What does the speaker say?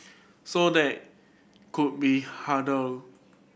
so that could be hurdle